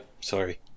sorry